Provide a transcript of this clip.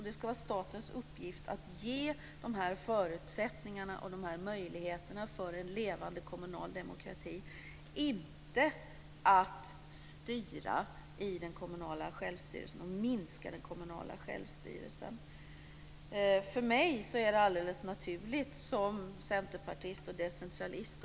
Det ska vara statens uppgift att ge dessa förutsättningar och dessa möjligheter för en levande kommunal demokrati - inte att styra och minska den kommunala självstyrelsen. För mig som centerpartist och decentralist är det alldeles naturligt.